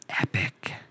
epic